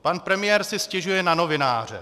Pan premiér si stěžuje na novináře.